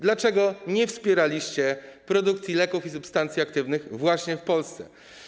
Dlaczego nie wspieraliście produkcji leków i substancji aktywnych w Polsce?